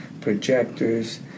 projectors